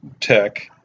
tech